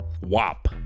WOP